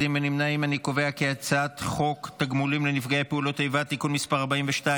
חוק התגמולים לנפגעי פעולות איבה (תיקון מס' 42),